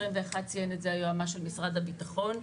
ציין את זה היועמ"ש של משרד הביטחון,